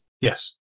Yes